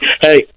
Hey